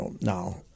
now